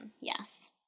yes